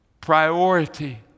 priority